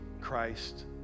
Christ